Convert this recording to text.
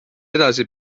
edasi